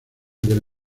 del